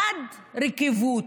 עד ריקבון,